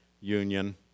Union